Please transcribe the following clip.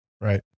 Right